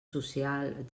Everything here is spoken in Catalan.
social